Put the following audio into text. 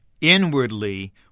inwardly